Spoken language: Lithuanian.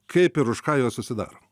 kaip ir už ką jos susidaro